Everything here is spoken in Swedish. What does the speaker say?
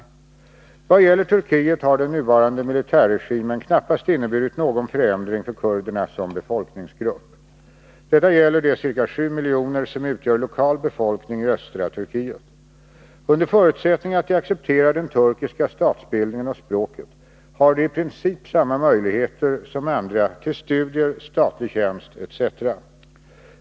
Tisdagen den Vad gäller Turkiet har den nuvarande militärregimen knappast inneburit — 12 april 1983 någon förändring för kurderna som befolkningsgrupp. Detta gäller de ca 7 miljoner som utgör lokal befolkning i östra Turkiet. Under förutsättning att de accepterar den turkiska statsbildningen och språket har de i princip samma möjligheter som andra till studier, statlig tjänst etc.